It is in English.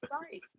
right